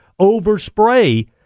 overspray